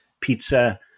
pizza